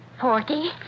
forty